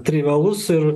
trivialus ir